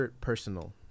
personal